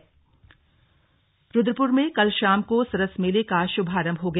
सरस मेला रुद्रपुर में कल शाम को सरस मेले का शुभारम्भ हो गया